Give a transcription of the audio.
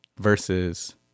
versus